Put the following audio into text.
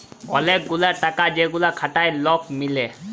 ওলেক গুলা টাকা যেগুলা খাটায় লক মিলে